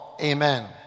Amen